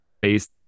based